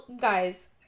guys